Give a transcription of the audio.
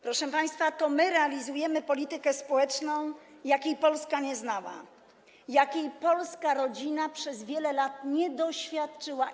Proszę państwa, to my realizujemy politykę społeczną, jakiej Polska nie znała, jakiej polska rodzina przez wiele lat nie doświadczyła.